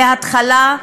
בהתחלה,